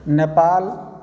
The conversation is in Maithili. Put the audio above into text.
नेपाल